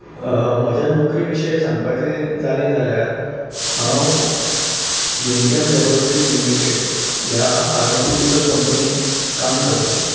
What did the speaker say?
म्हज्या नोकरी विशीं सांगपाचें जालें जाल्यार हांव युनीकॅम लॅबोरिटरी लिमिटेड ह्या फार्मासुटीकल कंपनीन काम करता